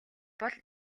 бол